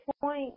point